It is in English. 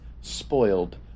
spoiled